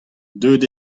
deuet